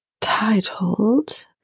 titled